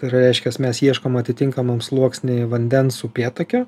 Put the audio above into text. ir reiškias mes ieškom atitinkamam sluoksny vandens upėtakio